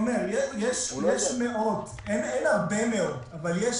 יש מאות, אין הרבה מאות, אבל יש